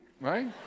right